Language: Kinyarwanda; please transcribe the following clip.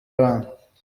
abana